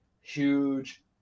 huge